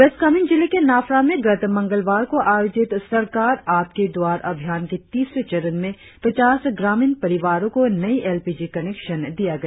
waste Kameng जिले के नाफरा में गत मंगलवार को आयोजित सरकार आपके द्वार अभियान के तीसरे चरण में पचास ग्रामीण परिवारों को नई एल पी जी कनेक्शन दिया गया